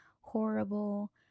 horrible